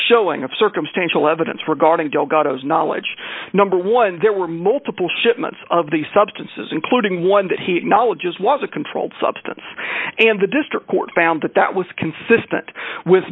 showing of circumstantial evidence regarding delgado's knowledge number one there were multiple shipments of these substances including one that he had knowledge as was a controlled substance and the district court found that that was consistent with